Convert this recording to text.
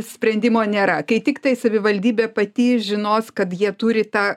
sprendimo nėra kai tiktai savivaldybė pati žinos kad jie turi tą